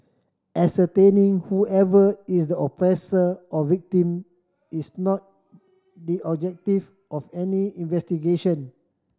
ascertaining whoever is the oppressor or victim is not the objective of any investigation